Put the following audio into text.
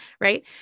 Right